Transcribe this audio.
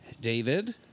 David